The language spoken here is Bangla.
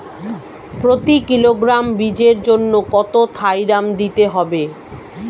প্রতি কিলোগ্রাম বীজের জন্য কত থাইরাম দিতে হবে?